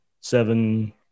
seven